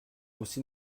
aussi